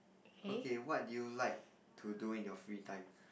okay what did you like to do in your free time